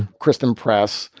kristen press,